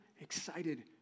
excited